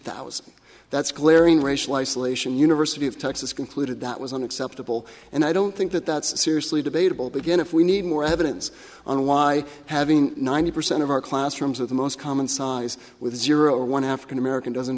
thousand that's glaring racial isolation university of texas concluded that was unacceptable and i don't think that that's seriously debatable but again if we need more evidence on why having ninety percent of our classrooms with the most common size with zero or one african american doesn't